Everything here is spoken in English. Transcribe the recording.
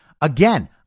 Again